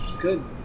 good